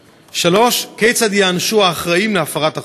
3. כיצד ייענשו האחראים להפרת החוק?